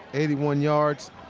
eighty one yards.